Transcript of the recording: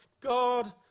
God